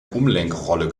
umlenkrolle